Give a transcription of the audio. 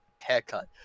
haircut